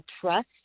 Trust